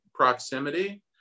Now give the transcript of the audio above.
proximity